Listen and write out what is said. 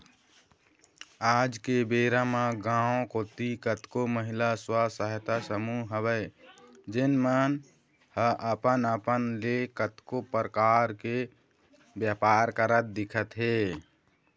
आज के बेरा म गाँव कोती कतको महिला स्व सहायता समूह हवय जेन मन ह अपन अपन ले कतको परकार के बेपार करत दिखत हे